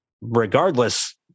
Regardless